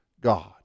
God